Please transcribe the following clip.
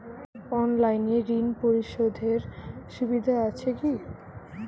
অনলাইনে ঋণ পরিশধের সুবিধা আছে কি?